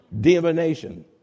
Divination